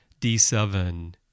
D7